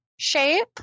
shape